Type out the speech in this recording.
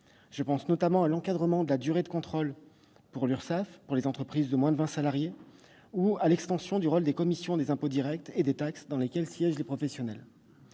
Je pense notamment à l'encadrement de la durée de contrôle par l'URSSAF pour les entreprises de moins de vingt salariés ou à l'extension du rôle des commissions des impôts directs et des taxes, au sein desquelles siègent des professionnels.